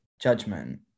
judgment